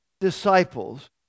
disciples